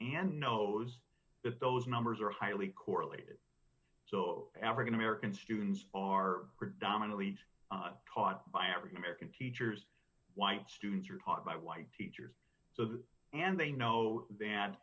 and knows that those numbers are highly correlated so african american students are predominately taught by american teachers white students are taught by white teachers so that and they know that